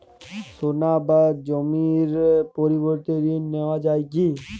সোনা বা জমির পরিবর্তে ঋণ নেওয়া যায় কী?